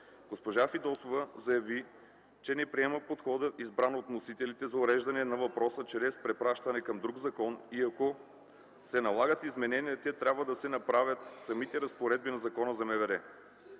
Госпожа Фидосова заяви, че не приема подхода, избран от вносителите, за уреждане на въпроса чрез препращане към друг закон и ако се налагат изменения, те трябва да се направят в самите разпоредби на Закона за МВР.